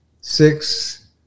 six